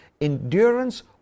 endurance